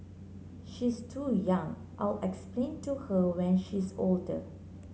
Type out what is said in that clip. she's too young I'll explain to her when she's older